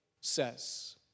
says